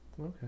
Okay